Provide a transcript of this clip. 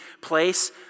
place